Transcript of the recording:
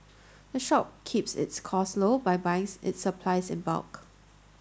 the shop keeps its costs low by buying its supplies in bulk